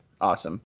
Awesome